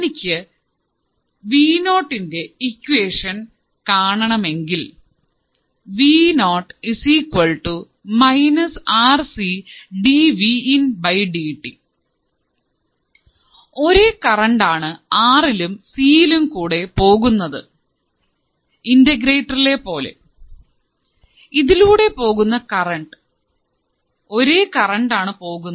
എനിക്ക് വിനോട്ടിന്റെ ഇക്വാഷൻ കാണണം എങ്കിൽ ഒരേ കറണ്ട് ആണ് ആർ ഇൽകൂടെയും സി യിൽകൂടെയും പോകുന്നത് ഇന്റഗ്രേറ്റർ പോലെ ഇതിലൂടെ പോകുന്ന കറൻറ് ഒരേ കറൻറ് ആണ് പോകുന്നത്